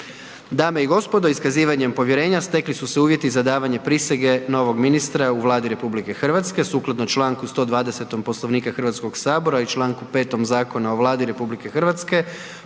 Dame i gospodo, iskazivanjem povjerenja stekli su se uvjeti za davanje prisege nogom ministra u Vladi RH, sukladno čl. 120. Poslovnika HS-a i čl. 5 Zakona o Vladi RH. Prisega se